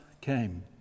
came